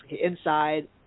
inside